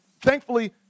thankfully